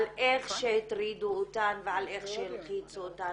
על איך שהטרידו אותן ועל איך שהלחיצו אותן,